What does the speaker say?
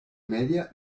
media